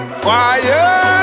fire